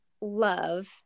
love